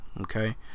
okay